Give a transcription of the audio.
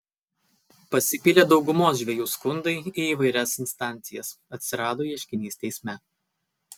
pasipylė daugumos žvejų skundai į įvairias instancijas atsirado ieškinys teisme